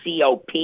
COP